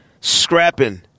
scrapping